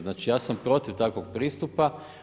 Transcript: Znači, ja sam protiv takvog pristupa.